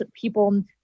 people